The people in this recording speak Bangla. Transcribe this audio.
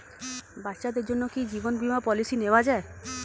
বাচ্চাদের জন্য কি জীবন বীমা পলিসি নেওয়া যায়?